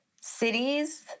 cities